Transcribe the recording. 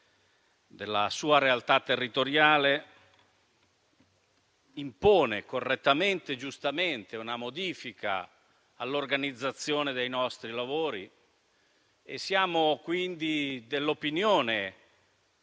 della sua realtà territoriale impone correttamente e giustamente una modifica all'organizzazione dei nostri lavori. Siamo quindi dell'opinione